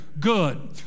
Good